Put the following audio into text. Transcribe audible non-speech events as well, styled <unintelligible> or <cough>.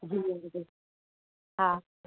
जी <unintelligible> हा